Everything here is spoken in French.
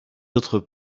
autres